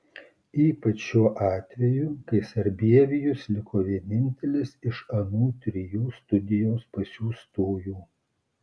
ypač šiuo atveju kai sarbievijus liko vienintelis iš anų trijų studijoms pasiųstųjų